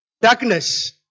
darkness